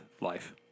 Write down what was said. life